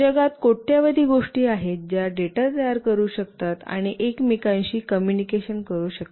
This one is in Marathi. जगात कोट्यावधी गोष्टी आहेत ज्या डेटा तयार करु शकतात आणि एकमेकांशी कम्युनिकेशन करू शकतात